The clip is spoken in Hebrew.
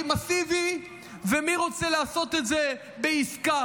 מסיבי ויש מי שרוצה לעשות את זה בעסקה.